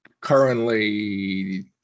currently